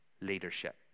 leadership